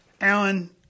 Alan